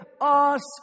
Ask